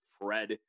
Fred